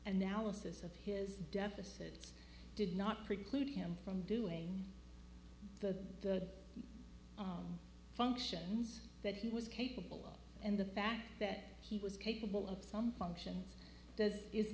analysis of his deficits did not preclude him from doing the functions that he was capable of and the fact that he was capable of some functions does is